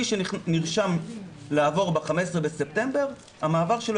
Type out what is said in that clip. מי שנרשם לעבור ב-15 בספטמבר המעבר שלו